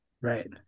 Right